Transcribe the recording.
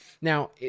Now